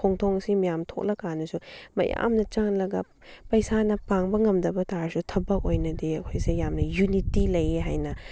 ꯈꯣꯡꯗꯣꯡ ꯁꯤ ꯃꯌꯥꯝ ꯊꯣꯛꯂꯀꯥꯟꯗꯁꯨ ꯃꯌꯥꯝꯅ ꯆꯠꯂꯒ ꯄꯩꯁꯥꯅ ꯄꯥꯡꯕ ꯉꯝꯗꯕ ꯇꯥꯔꯁꯨ ꯊꯕꯛ ꯑꯣꯏꯅꯗꯤ ꯑꯩꯈꯣꯏꯁꯦ ꯌꯥꯝꯅ ꯌꯨꯅꯤꯇꯤ ꯂꯩꯌꯦ ꯍꯥꯏꯅ